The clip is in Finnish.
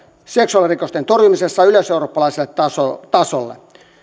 seksuaalirikosten torjumisessa yleiseurooppalaiselle tasolle tasolle